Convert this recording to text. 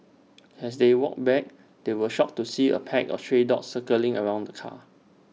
as they walked back they were shocked to see A pack of stray dogs circling around the car